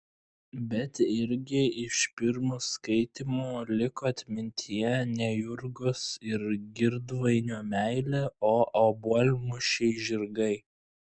bet irgi iš pirmo skaitymo liko atmintyje ne jurgos ir girdvainio meilė o obuolmušiai žirgai